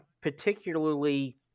particularly